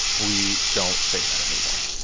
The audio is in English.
we don't say that anymore